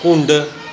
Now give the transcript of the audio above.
ਘੁੰਡ